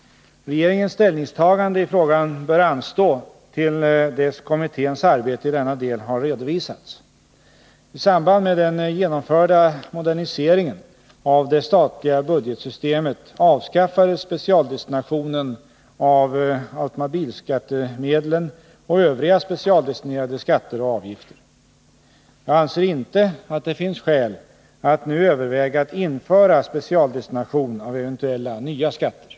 Regeringens ställningstagande i frågan bör anstå till dess kommitténs arbete i denna del har redovisats. I samband med den genomförda moderniseringen av det statliga budgetsystemet avskaffades specialdestinationen av automobilskattemedlen och övriga specialdestinerade skatter och avgifter. Jag anser inte att det finns skäl att nu överväga att införa specialdestination av eventuella nya skatter.